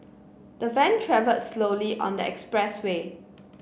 the van travelled slowly on the expressway